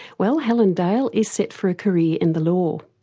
well, helen dale is set for a career in the law,